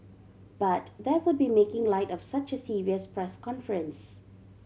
but that would be making light of such a serious press conference